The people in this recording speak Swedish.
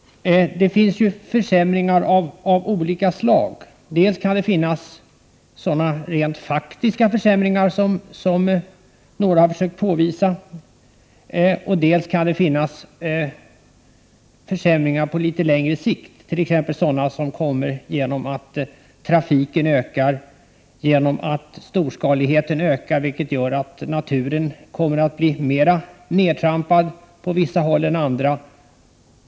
Det rör sig om försämringar av olika slag. Dels kan det bli fråga om sådana rent faktiska försämringar som några har försökt påvisa, dels kan det bli försämringar på litet längre sikt. Det kan gälla försämringar som uppkommer genom att trafiken ökar och genom att storskaligheten ökar, vilket gör att naturen kommer att bli mera nedtrampad på vissa håll än på andra.